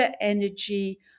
energy